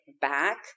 back